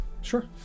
Sure